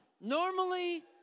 Normally